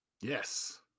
Yes